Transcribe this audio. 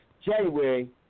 January